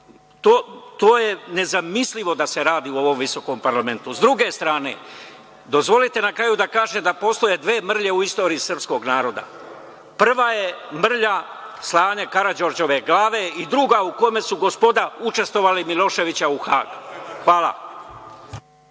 to je nezamislivo da se radi u ovom visokom parlamentu.S druge strane, dozvolite na kraju da kažem da postoje dve mrlje u istoriji srpskog naroda. Prva je mrlja slanje Karađorđeve glave i druga, u kome su gospoda učestvovala, Miloševića u Hag. Hvala.